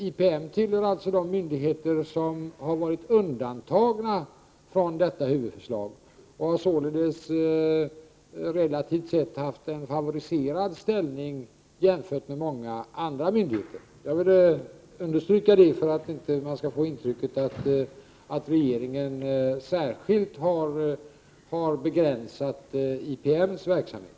IPM tillhör de myndigheter som har varit undantagna från detta huvudförslag och har således relativt sett haft en favoriserad ställning i jämförelse med många andra myndigheter. Jag vill understryka detta för att man inte skall få intrycket att regeringen särskilt har begränsat IPM:s verksamhet.